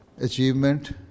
achievement